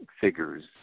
figures